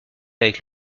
avec